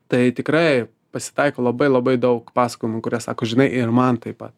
tai tikrai pasitaiko labai labai daug pasakojimų kurie sako žinai ir man taip pat